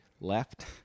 left